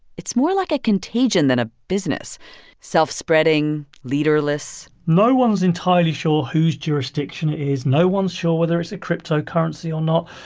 it's more like a contagion than a business self-spreading, leaderless no one's entirely sure whose jurisdiction it is. no one's sure whether it's a cryptocurrency or not.